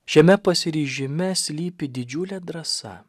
šiame pasiryžime slypi didžiulė drąsa